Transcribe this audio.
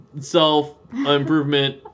self-improvement